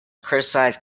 criticized